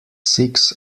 six